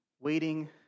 waiting